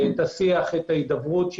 את השיח, את ההידברות.